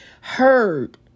heard